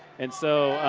and so